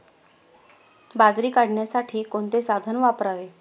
बाजरी काढण्यासाठी कोणते साधन वापरावे?